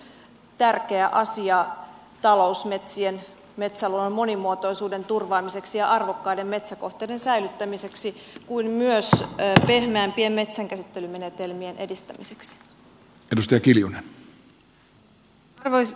se on myös tärkeä asia talousmetsien metsäluonnon monimuotoisuuden turvaamiseksi ja arvokkaiden metsäkohteiden säilyttämiseksi kuin myös pehmeämpien metsänkäsittelymenetelmien edistämiseksi